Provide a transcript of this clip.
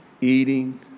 eating